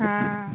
हँ